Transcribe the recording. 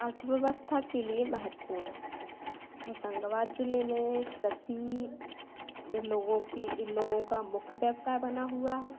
अर्थव्यवस्था के लिए महत्त्वपूर्ण है होशंगाबाद ज़िले में एक रस्सी लोगों कि लोगों का मुख्य व्यवसाय बना हुआ है